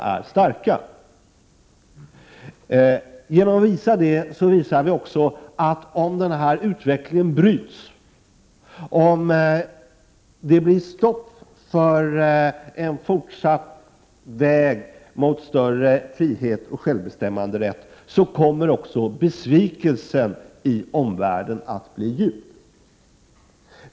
Genom att visa det visar vi också att om den här utvecklingen bryts, om det blir stopp för en fortsatt väg mot större frihet och självbestämmanderätt, så kommer besvikelsen i omvärlden att bli djup.